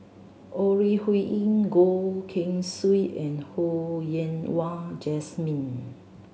Ore Huiying Goh Keng Swee and Ho Yen Wah Jesmine